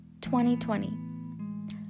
2020